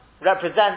represent